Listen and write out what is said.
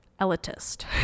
elitist